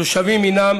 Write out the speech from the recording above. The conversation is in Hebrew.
התושבים הינם